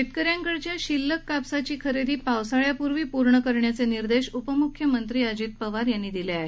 शेतकऱ्यांकडच्या शिल्लक कापसाची खरेदी पावसाळ्यापूर्वी पूर्ण करण्याचे निर्देश उपमुख्यमंत्री अजित पवार यांनी दिले आहेत